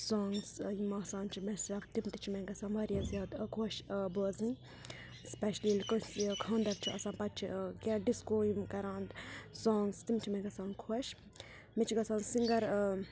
سانٛگٕس یِم آسان چھِ مےٚ سَکھ تِم تہِ چھِ مےٚ گَژھان واریاہ زیادٕ خۄش بوزٕنۍ سپیشلی ییٚلہِ کٲنٛسہِ خانٛدَر چھُ آسان پَتہٕ چھِ کینٛہہ ڈِسکو یِم کَران سانٛگٕس تِم چھِ مےٚ گَژھان خۄش مےٚ چھِ گَژھان سِنٛگَر